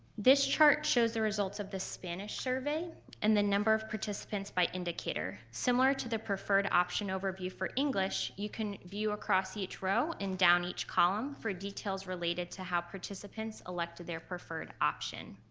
this chart shows the results of the spanish survey and the number of participants by indicator. similar to the preferred option overview for english you can view across each row and down each column for details related to how participants elected their preferred option.